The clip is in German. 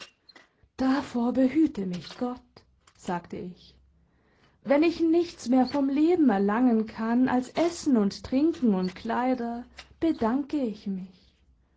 davor behüte mich gott sagte ich wenn ich nichts mehr vom leben erlangen kann als essen und trinken und kleider bedanke ich mich